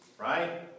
Right